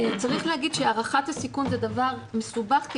צריך להגיד שהערכת הסיכון זה דבר מסובך כי